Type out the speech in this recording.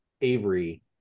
Avery